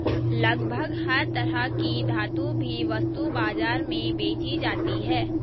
लगभग हर तरह की धातु भी वस्तु बाजार में बेंची जाती है